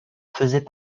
faisaient